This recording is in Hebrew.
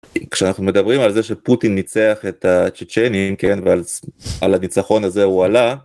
כשאנחנו מדברים על זה שפוטין ניצח את הצ'צ'נים כן? ועל הניצחון הזה הוא עלה...